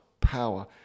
power